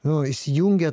nu įsijungia